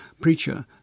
preacher